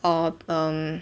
or um